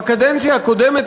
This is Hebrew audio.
בקדנציה הקודמת,